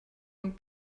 und